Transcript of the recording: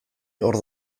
hor